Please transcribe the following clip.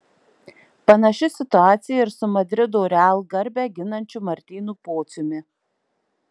panaši situacija ir su madrido real garbę ginančiu martynu pociumi